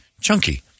chunky